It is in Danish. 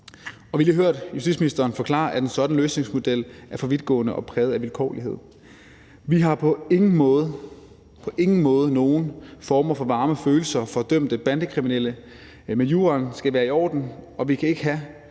vi har lige hørt justitsministeren forklare, at en sådan løsningsmodel er for vidtgående og præget af vilkårlighed. Vi har på ingen måde nogen former for varme følelser for dømte bandekriminelle, men juraen skal være i orden, og vi kan ikke have